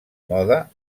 moda